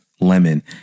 Lemon